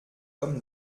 homme